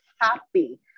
happy